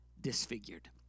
disfigured